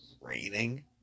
raining